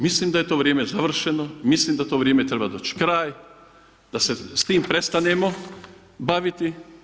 Mislim da je to vrijeme završeno, mislim da to vrijeme treba doći kraj, da se s tim prestanemo baviti.